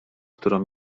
którą